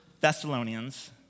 Thessalonians